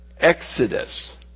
exodus